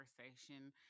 conversation